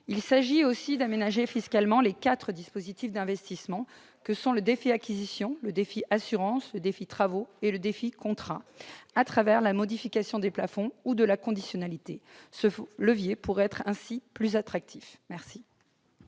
Il s'agit aussi d'aménager fiscalement les quatre dispositifs d'investissement que sont le « DEFI acquisition », le « DEFI assurance », le « DEFI travaux » et le « DEFI contrat » au travers de la modification des plafonds ou de la conditionnalité. Ce levier pourrait être ainsi plus attractif. Quel